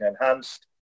enhanced